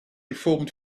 deformed